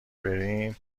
بریم